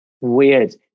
weird